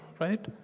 right